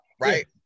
right